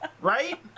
Right